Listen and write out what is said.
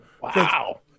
Wow